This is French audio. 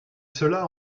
cela